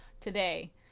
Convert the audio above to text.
today